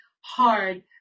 hard